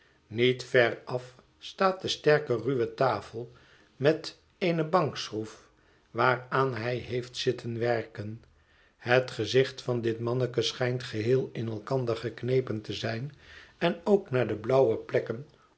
niet veraf staat de sterke ruwe tafel met eene bankschroef waaraan hij heeft zitten werken het gezicht van dit manneke schijnt geheel in elkander geknepen te zijn en ook naar de blauwe plekken